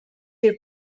bir